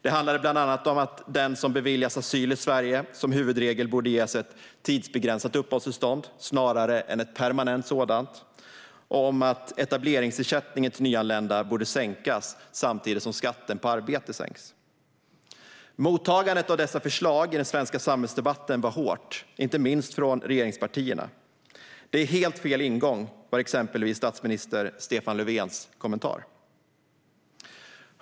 Det handlade bland annat om att den som beviljas asyl i Sverige som huvudregel borde ges ett tidsbegränsat uppehållstillstånd snarare än ett permanent sådant och om att etableringsersättningen till nyanlända borde sänkas samtidigt som skatten på arbete sänks. Mottagandet av dessa förslag i den svenska samhällsdebatten var hårt, inte minst från regeringspartierna. Det är helt fel ingång, var exempelvis statsminister Stefan Löfvens kommentar.